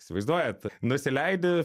įsivaizduojat nusileidi